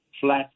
flat